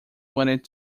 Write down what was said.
wanted